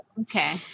Okay